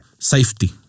safety